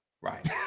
right